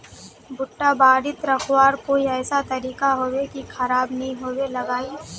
भुट्टा बारित रखवार कोई ऐसा तरीका होबे की खराब नि होबे लगाई?